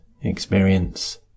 experience